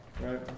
Right